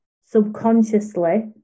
subconsciously